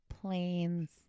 planes